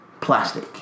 plastic